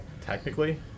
Technically